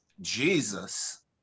Jesus